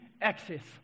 access